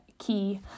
Key